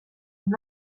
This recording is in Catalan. amb